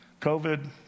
COVID